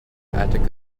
attica